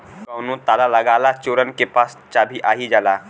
कउनो ताला लगा ला चोरन के पास चाभी आ ही जाला